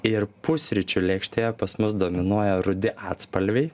ir pusryčių lėkštėje pas mus dominuoja rudi atspalviai